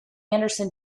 anderson